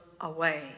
away